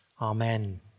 Amen